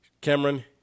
Cameron